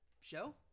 show